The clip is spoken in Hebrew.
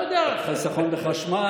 לא יודע אם חיסכון בחשמל.